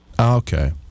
Okay